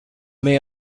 may